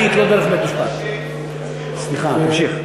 סליחה, תמשיך.